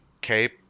cape